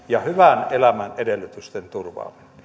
ja hyvän elämän edellytysten turvaaminen